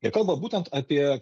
jie kalba būtent apie